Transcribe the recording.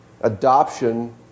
adoption